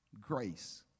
grace